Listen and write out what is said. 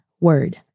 word